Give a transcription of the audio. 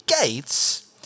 gates